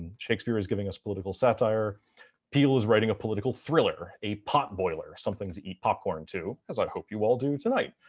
and shakespeare is giving us political satire peale is writing a political thriller, a potboiler, something to eat popcorn as i hope you all do tonight.